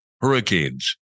hurricanes